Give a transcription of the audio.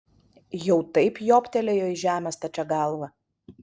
jau taip jobtelėjo į žemę stačia galva